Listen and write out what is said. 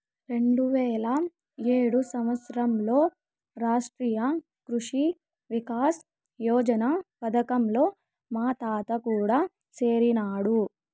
రెండువేల ఏడు సంవత్సరంలో రాష్ట్రీయ కృషి వికాస్ యోజన పథకంలో మా తాత కూడా సేరినాడు